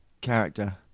character